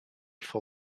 for